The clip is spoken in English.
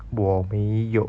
我没有